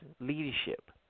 leadership